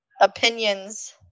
opinions